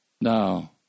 Now